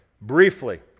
briefly